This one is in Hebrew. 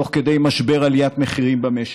תוך כדי משבר עליית מחירים במשק,